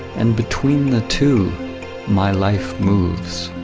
and between the two my life moves.